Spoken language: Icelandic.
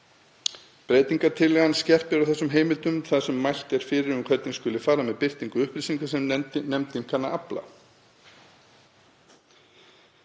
breytingartillagan skerpir á þessum heimildum þar sem mælt er fyrir um hvernig skuli fara með birtingu upplýsinga sem nefndin aflar.